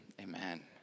amen